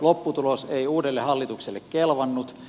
lopputulos ei uudelle hallitukselle kelvannut